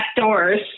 doors